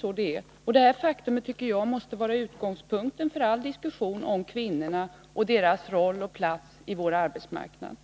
på det sättet, och detta faktum tycker jag måste vara utgångspunkten för all diskussion om kvinnorna och deras roll och plats på vår arbetsmarknad.